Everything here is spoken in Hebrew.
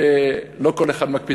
לא כל אחד מקפיד,